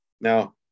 now